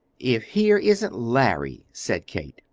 if here isn't larry! said kate.